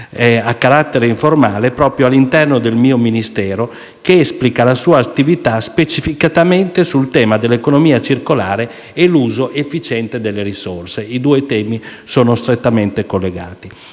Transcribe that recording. a carattere informale proprio all'interno del mio Ministero che esplica la sua attività specificatamente sul tema dell'economia circolare e dell'uso efficiente delle risorse. I due temi sono strettamente collegati.